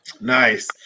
Nice